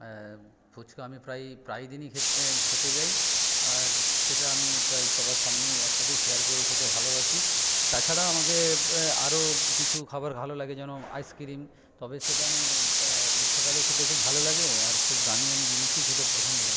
ফুচকা আমি প্রায় প্রায় দিনই খেতে যাই আর সেটা আমি প্রায় সবার সামনেই একসাথেই শেয়ার করে খেতে ভালোবাসি তাছাড়া আমাকে আরও কিছু খাবার ভালো লাগে যেমন আইসক্রিম তবে সেটা আমি গ্রীষ্মকালেই খেতে খুব ভালো লাগে আর খুব দামি আমি জিনিসই খেতে পছন্দ লাগে